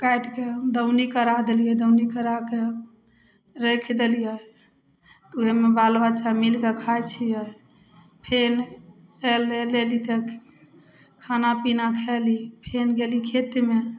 काटिके दौनी करा देलियै दौनी कराके राखि देलियै तऽ उहेमे बाल बच्चा मिलके खाय छियै फेर लेली तऽ खाना पीना खयली फेर गेली खेतेमे